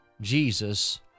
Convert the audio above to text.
Jesus